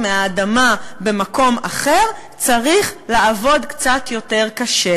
מהאדמה במקום אחר צריך לעבוד קצת יותר קשה.